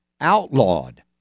outlawed